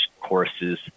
courses